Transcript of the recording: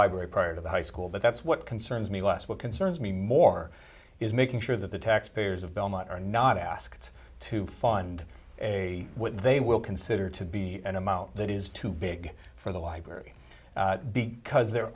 library prior to the high school but that's what concerns me less what concerns me more is making sure that the taxpayers of belmont are not asked to fund a what they will consider to be an amount that is too big for the library because there